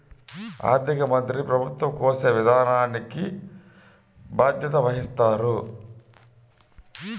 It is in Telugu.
ఆర్థిక మంత్రి ప్రభుత్వ కోశ విధానానికి బాధ్యత వహిస్తారు